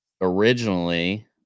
originally